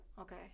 Okay